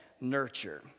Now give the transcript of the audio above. nurture